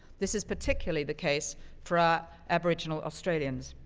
this is particularly the case for our aboriginal australians.